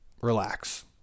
relax